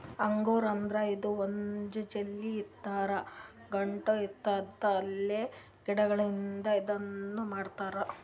ಅಗರ್ ಅಂದ್ರ ಇದು ಒಂದ್ ಜೆಲ್ಲಿ ಥರಾ ಗಟ್ಟ್ ಇರ್ತದ್ ಅಲ್ಗೆ ಗಿಡಗಳಿಂದ್ ಇದನ್ನ್ ಮಾಡಿರ್ತರ್